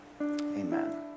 amen